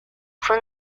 fue